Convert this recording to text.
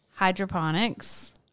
hydroponics